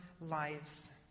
lives